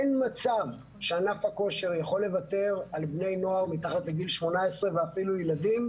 אין מצב שענף הכושר יכול לוותר על בני נוער מתחת לגיל 18 ואפילו ילדים,